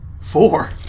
Four